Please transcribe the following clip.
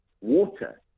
Water